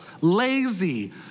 lazy